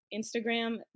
Instagram